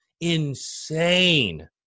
insane